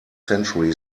century